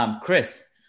Chris